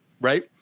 right